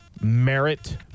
merit